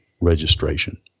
registration